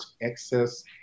excess